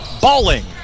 Balling